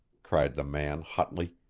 cried the man hotly.